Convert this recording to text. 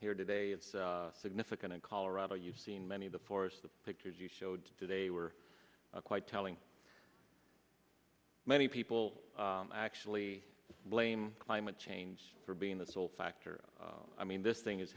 here today it's significant in colorado you've seen many of the forests the pictures you showed today were quite telling many people actually blame climate change for being the sole factor i mean this thing has